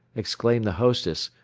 exclaimed the hostess,